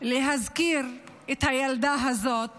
להזכיר את הילדה הזאת